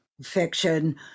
fiction